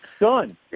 Done